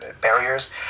barriers